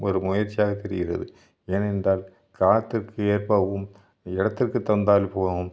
ஒரு முயற்சியாகத் தெரிகிறது ஏனென்றால் காலத்திற்கு ஏற்பவும் இடத்திற்கு தகுந்தாற் போலவும்